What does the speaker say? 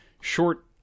short